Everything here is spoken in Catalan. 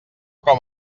com